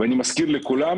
ואני מזכיר לכולם